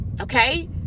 okay